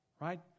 right